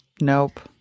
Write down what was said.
Nope